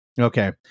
Okay